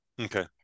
Okay